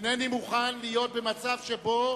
אינני מוכן להיות במצב שבו